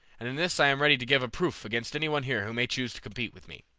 and in this i am ready to give a proof against any one here who may choose to compete with me.